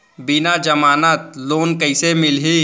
बिना जमानत लोन कइसे मिलही?